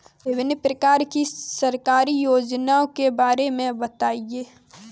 विभिन्न प्रकार की सरकारी योजनाओं के बारे में बताइए?